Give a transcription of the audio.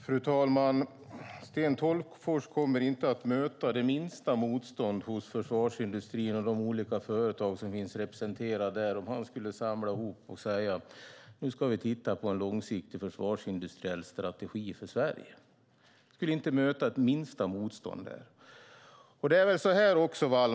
Fru talman! Sten Tolgfors kommer inte att möta det minsta motstånd hos försvarsindustrin och de olika företag som finns representerade där om han skulle säga: Nu ska vi titta på en långsiktig försvarsindustriell strategi för Sverige. Hans Wallmark!